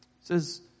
says